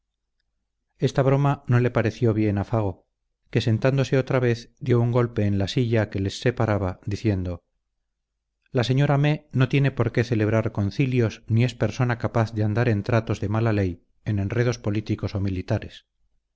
esta broma no le pareció bien a fago que sentándose otra vez dio un golpe en la silla que les separaba diciendo la señora mé no tiene por qué celebrar concilios ni es persona capaz de andar en tratos de mala ley en enredos políticos o militares